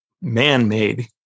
man-made